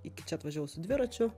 iki čia atvažiavau su dviračiu